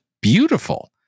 beautiful